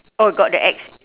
oh got the X